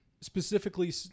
specifically